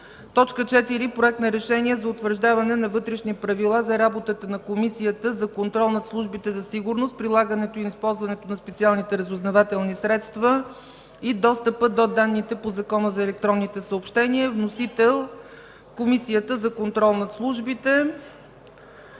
фронт. 4. Проект на решение за утвърждаване на Вътрешните правила за работата на Комисията за контрол над службите за сигурност, прилагането и използването на специалните разузнавателни средства и достъпа до данните по Закона за електронните съобщения. Вносител – Комисията за контрол над службите